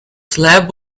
slab